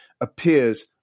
appears